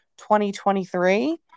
2023